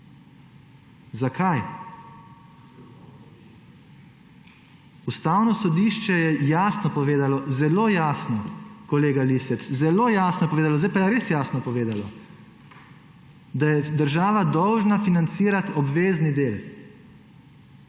Zakaj? Ustavno sodišče je jasno povedalo, zelo jasno, kolega Lisec, zelo jasno je povedalo. Zdaj je pa res jasno povedalo, da je država dolžna financirati obvezni del.